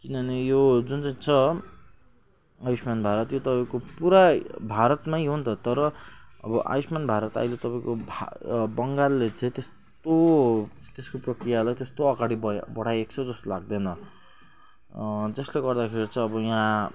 किनभने यो जुन चाहिँ छ आयुष्मान् भारत यो तपाईँको पुरा भारतमै हो नि त तर अब आयुष्मान् भारत अहिले तपाईँको भा बङ्गालले चाहिँ त्यस्तो त्यसको प्रक्रियालाई त्यस्तो अगाडि बया बढाएको छ जस्तो लाग्दैन जसले गर्दाखेरि चाहिँ अब यहाँ